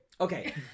Okay